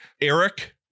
Eric